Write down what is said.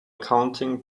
counting